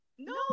No